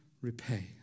repay